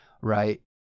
right